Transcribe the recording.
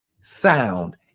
sound